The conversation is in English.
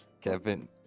Kevin